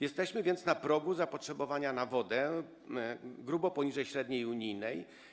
Jesteśmy więc na progu zapotrzebowania na wodę, znacznie poniżej średniej unijnej.